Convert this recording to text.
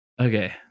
okay